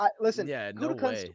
Listen